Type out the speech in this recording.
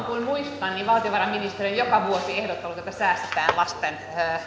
kuin muistan valtiovarainministeri on joka vuosi ehdottanut että säästetään lasten